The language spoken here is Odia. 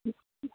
ହୁଁ